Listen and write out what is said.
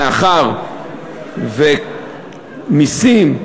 מאחר שמסים,